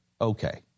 okay